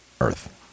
earth